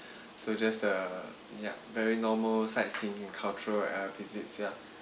so just the ya very normal sightseeing cultural uh visits ya